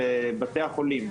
בבתי החולים.